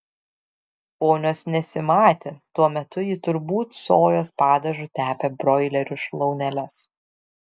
ponios nesimatė tuo metu ji turbūt sojos padažu tepė broilerių šlauneles